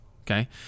okay